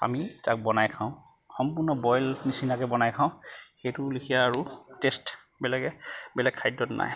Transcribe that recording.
আমি তাক বনাই খাওঁ সম্পূৰ্ণ বইল নিছিনাকে বনাই খাওঁ সেইটোৰ লেখীয়া আৰু টেষ্ট বেলেগ খাদ্যত নাই